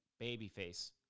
babyface